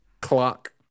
clock